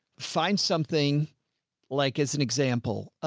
find something like, as an example,